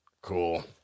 Cool